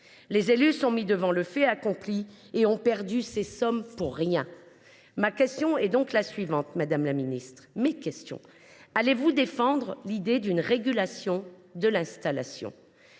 Les élus sont mis devant le fait accompli et ont dépensé ces sommes pour rien. Mes questions sont donc les suivantes, madame la ministre : allez vous défendre la piste d’une régulation de l’installation ?